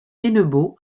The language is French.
hennebeau